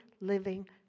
living